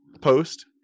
post